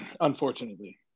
unfortunately